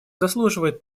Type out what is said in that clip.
заслуживает